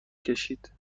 کشید